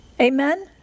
Amen